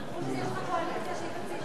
רק שהיתה בו בעיה מבחינה לוגית, יש לך קואליציה,